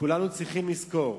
כולנו צריכים לזכור